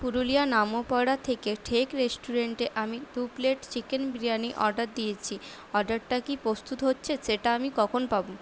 পুরুলিয়া নামপাড়া থেকে ঠেক রেস্টুরেন্টে আমি দু প্লেট চিকেন বিরিয়ানি অর্ডার দিয়েছি অর্ডারটা কি প্রস্তুত হচ্ছে সেটা আমি কখন পাবো